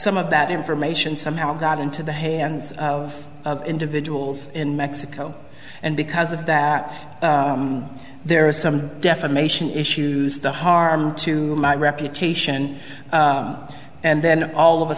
some of that information somehow got into the hands of individuals in mexico and because of that there are some defamation issues the harm to my reputation and then all of a